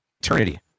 Eternity